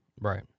Right